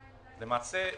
למעשה,